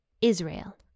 Israel